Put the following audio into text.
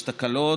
יש תקלות,